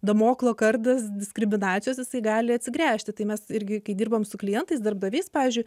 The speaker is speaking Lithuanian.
damoklo kardas diskriminacijos jisai gali atsigręžti tai mes irgi kai dirbam su klientais darbdaviais pavyzdžiui